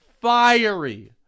fiery